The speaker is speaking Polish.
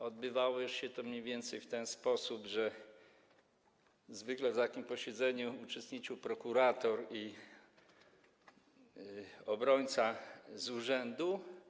Odbywało się to mniej więcej w ten sposób, że zwykle w takim posiedzeniu uczestniczył prokurator i obrońca z urzędu.